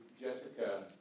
Jessica